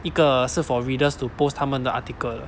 一个是 for readers to post 他们的 article